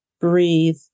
breathe